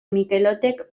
mikelotek